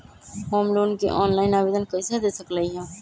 हम लोन के ऑनलाइन आवेदन कईसे दे सकलई ह?